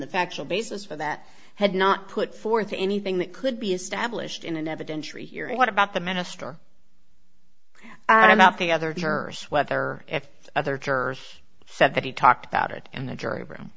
the factual basis for that had not put forth anything that could be established in an evidentiary hearing what about the minister about the other jurors whether if other jurors said that he talked about it in the jury room